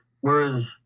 Whereas